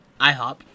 IHOP